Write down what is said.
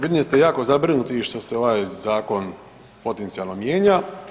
Vidim da ste jako zabrinuti što se ovaj zakon potencijalno mijenja.